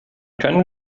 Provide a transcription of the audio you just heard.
können